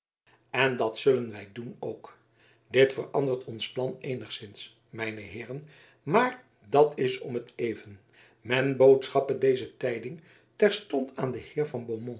en dat zullen wij doen ook dit verandert ons plan eenigszins mijne heeren maar dat is om t even men boodschappe deze tijding terstond aan den